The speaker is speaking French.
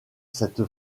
cette